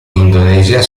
indonesia